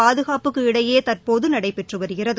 பாதுகாப்புக்கு இடையே தற்போது நடைபெற்று வருகிறது